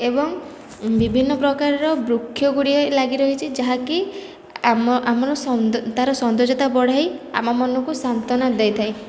ଏବଂ ବିଭିନ୍ନ ପ୍ରକାରର ବୃକ୍ଷ ଗୁଡ଼ିଏ ଲାଗିରହିଛି ଯାହାକି ଆମ ଆମର ତା'ର ସୌଦର୍ଯ୍ୟତା ବଢ଼େଇ ଆମ ମନକୁ ସାନ୍ତ୍ୱନା ଦେଇଥାଏ